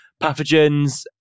pathogens